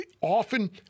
often